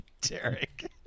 Derek